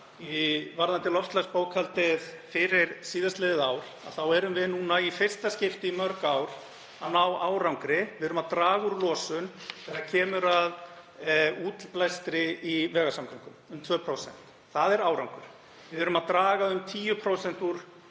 varðandi loftslagsbókhaldið fyrir síðastliðið ár erum við nú í fyrsta skipti í mörg ár að ná árangri. Við erum að draga úr losun þegar kemur að útblæstri í vegasamgöngum um 2%. Það er árangur. Við erum að draga um 10% úr